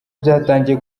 byatangiye